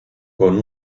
con